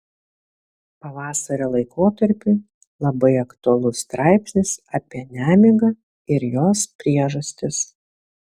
pavasario laikotarpiui labai aktualus straipsnis apie nemigą ir jos priežastis